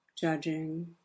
judging